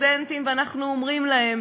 ואנחנו אומרים להם: